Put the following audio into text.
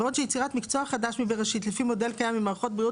בעוד שיצירת מקצוע חדש מבראשית לפי מודל קיים ממערכות בריאות